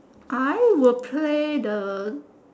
I would pray the